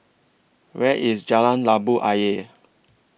Where IS Jalan Labu Ayer